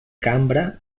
cambra